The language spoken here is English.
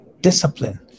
Discipline